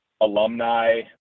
alumni